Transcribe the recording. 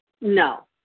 No